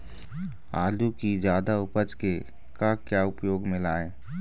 आलू कि जादा उपज के का क्या उपयोग म लाए?